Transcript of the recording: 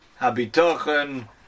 HaBitochen